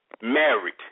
married